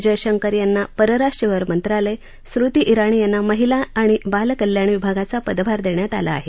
जयशंकर यांना पस्राष्ट्र व्यवहार मंत्रालय स्मृती ज्ञाणी यांना महिला आणि बालकल्याण विभागाचा पदभार देण्यात आला आहे